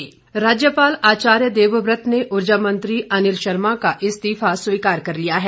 इस्तीफा मंजूर राज्यपाल आचार्य देवव्रत ने ऊर्जा मंत्री अनिल शर्मा का इस्तीफा स्वीकार कर लिया है